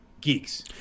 geeks